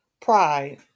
pride